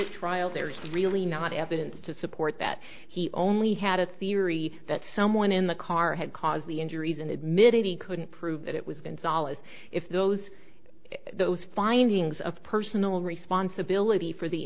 to trial there's really not evidence to support that he only had a theory that someone in the car had caused the injuries and admitted he couldn't prove that it was going solid if those those findings of personal responsibility for the